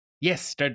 Yes